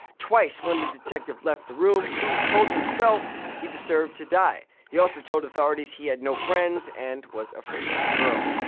twice when the detective left the room cruz told himself he deserved to die. he also told authorities he had no friends and was afraid of girls.